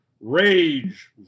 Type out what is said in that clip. rage